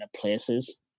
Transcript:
places